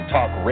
Talk